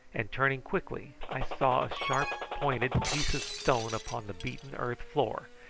and turning quickly i saw a sharp-pointed piece of stone upon the beaten earth floor,